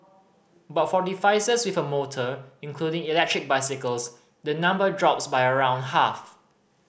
but for devices with a motor including electric bicycles the number drops by around half